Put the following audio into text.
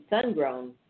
sun-grown